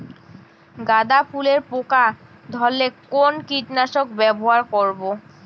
গাদা ফুলে পোকা ধরলে কোন কীটনাশক ব্যবহার করব?